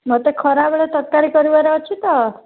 ମୋତେ ଖରାବେଳେ ତରକାରୀ କରିବାର ଅଛି ତ